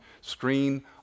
screen